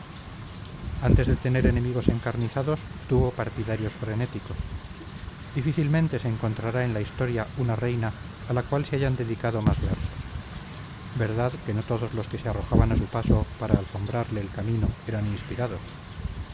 antes de tener enemigos encarnizados tuvo partidarios frenéticos difícilmente se encontrará en la historia una reina a la cual se hayan dedicado más versos verdad que no todos los que se arrojaban a su paso para alfombrarle el camino eran inspirados